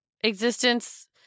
existence